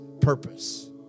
purpose